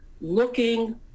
looking